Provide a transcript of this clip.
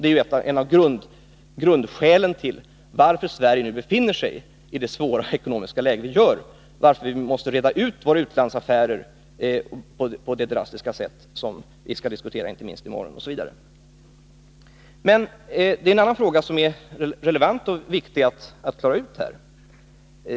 Det är ett av grundskälen till att Sverige nu befinner sig i det svåra ekonomiska läge som det gör och till att vi måste reda ut våra utlandsaffärer på det drastiska sätt som vi skall diskutera inte minst i morgon. Det är en annan fråga som är relevant och viktig att klara ut här.